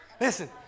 Listen